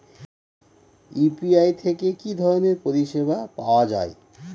UPI থেকে কি ধরণের পরিষেবা পাওয়া য়ায়?